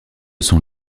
sont